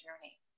journey